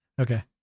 okay